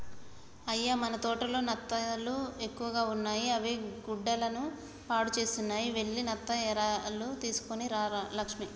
అయ్య మన తోటలో నత్తలు ఎక్కువగా ఉన్నాయి అవి గుడ్డలను పాడుసేస్తున్నాయి వెళ్లి నత్త ఎరలు తీసుకొని రా లక్ష్మి